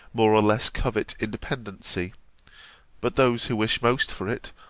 more or less, covet independency but those who wish most for it,